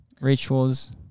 rituals